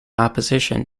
opposition